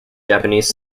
japanese